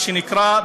מה שנקרא,